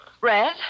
red